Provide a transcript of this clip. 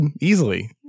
easily